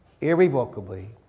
irrevocably